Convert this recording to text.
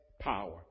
power